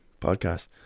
podcast